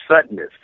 suddenness